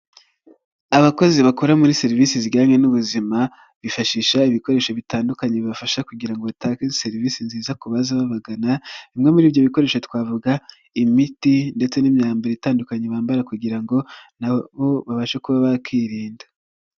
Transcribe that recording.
Abakozi bakora muri serivisi zijyanye n'ubuzima, bifashisha ibikoresho bitandukanye bibafasha kugira ngo batange serivisi nziza kubaza babagana, bimwe muri ibyo bikoresho twavuga imiti, ndetse n'imyambaro itandukanye bambara kugira ngo na bo babashe kuba bakirinda.